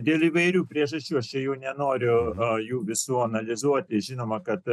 dėl įvairių priežasčių aš čia jų nenoriu jų visų analizuoti žinoma kad